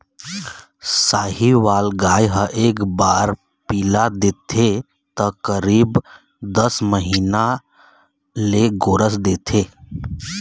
साहीवाल गाय ह एक बार पिला देथे त करीब दस महीना ले गोरस देथे